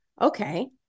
Okay